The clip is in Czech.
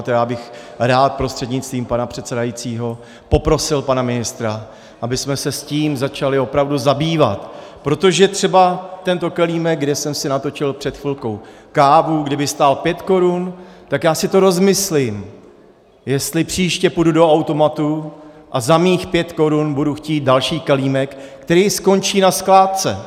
Já bych rád prostřednictvím pana předsedajícího poprosil pana ministra, abychom se tím začali opravdu zabývat, protože třeba tento kelímek, kde jsem si natočil před chvilkou kávu, kdyby stál pět korun, tak si to rozmyslím, jestli příště půjdu do automatu a za mých pět korun budu chtít další kelímek, který skončí na skládce.